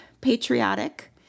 patriotic